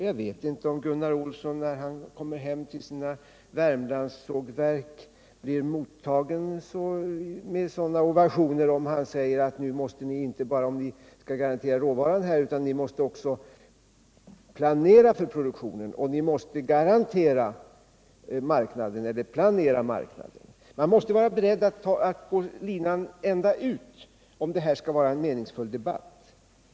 Jag vet inte om Gunnar Måndagen den Olsson när han kommer hem till sina Värmlandssågverk blir mottagen med 3 april 1978 ovationer om han säger: Nu skall ni inte bara garantera råvaror, utan ni måste också planera för produktionen och planera marknaden. Man måste vara beredd att löpa linan ända ut om det här skall vara en meningsfull debatt.